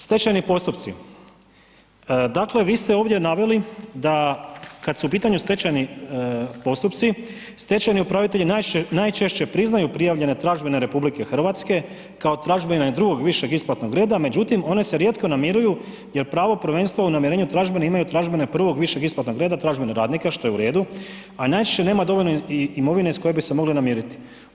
Stečajni postupci, dakle vi ste ovdje naveli da kad su u pitanju stečajni postupci, stečajni upravitelji najčešće priznaju prijavljene tražbine RH kao tražbine drugog višeg isplatnog reda, međutim one se rijetko namiruju jer pravo prvenstva u namirenju tražbina imaju tražbine prvog višeg isplatnog reda, tražbine radnika, što je u redu, a najčešće nema dovoljno imovine iz koje bi se mogli namiriti.